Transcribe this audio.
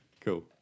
cool